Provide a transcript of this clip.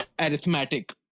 arithmetic